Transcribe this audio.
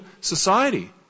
society